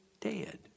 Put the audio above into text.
dead